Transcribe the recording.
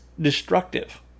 destructive